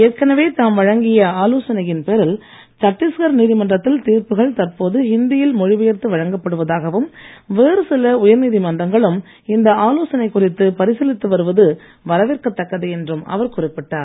ஏற்கனவே தாம் வழங்கிய ஆலோசனையின் பேரில் சட்டீஸ்கர் நீதிமன்றத்தில் தீர்ப்புகள் தற்போது ஹிந்தியில் மொழிபெயர்த்து வழங்கப்படுவதாகவும் வேறு சில உயர்நீதி மன்றங்களும் இந்த ஆலோசனை குறித்து பரிசீலித்து வருவது வரவேற்கத்தக்கது என்றும் அவர் குறிப்பிட்டார்